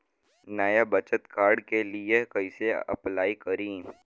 नया बचत कार्ड के लिए कइसे अपलाई करी?